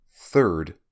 Third